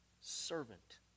servant